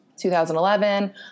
2011